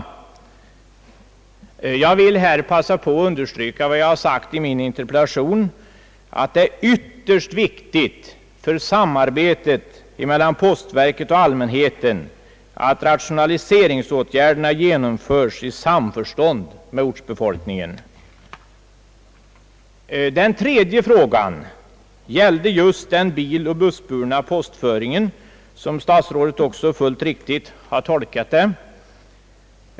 Jag vill här passa på och understryka vad jag framhållit i min interpellation att det är ytterst viktigt för samarbetet mellan postverket och allmänheten att rationaliseringsåtgärderna genomföres i samförstånd med ortsbefolkningen. Den tredje frågan gällde just den biloch bussburna postföringen, som statsrådet fullt riktigt tolkat det.